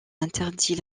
interdit